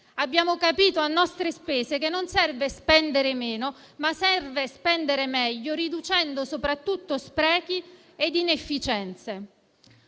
Abbiamo capito a nostre spese che non serve spendere meno, ma serve spendere meglio riducendo soprattutto sprechi e inefficienze.